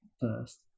first